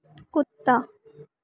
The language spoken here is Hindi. कुत्ता